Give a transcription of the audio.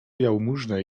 jałmużnę